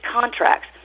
contracts